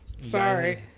sorry